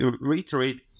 reiterate